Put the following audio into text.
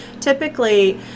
typically